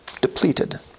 depleted